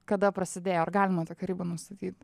kada prasidėjo ar galima tokią ribą nustatyt